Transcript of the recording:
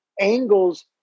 angles